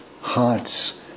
hearts